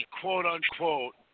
quote-unquote